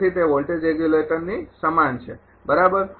તેથી તે વોલ્ટેજ રેગ્યુલેટરની સમાન છે બરાબર